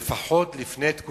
אדוני השר, שלפחות לפני תקופת